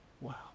Wow